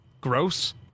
gross